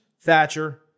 Thatcher